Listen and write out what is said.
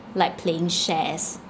like playing shares